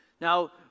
Now